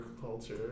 culture